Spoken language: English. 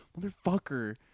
motherfucker